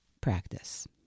practice